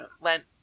lent